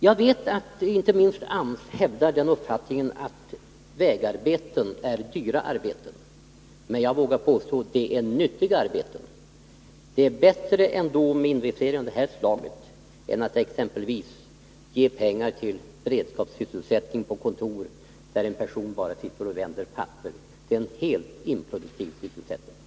Jag vet att inte minst AMS hävdar uppfattningen att vägarbeten är dyra arbeten, men jag vågar påstå att det är nyttiga arbeten. Det är bättre med investeringar av det här slaget än att exempelvis ge pengar till beredskapssysselsättning på kontor, där en person bara sitter och vänder papper — en helt improduktiv sysselsättning.